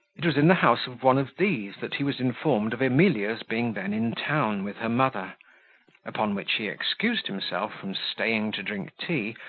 it was in the house of one of these that he was informed of emilia's being then in town with her mother upon which he excused himself from staying to drink tea,